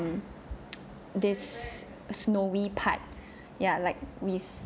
this snowy part ya like we